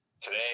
today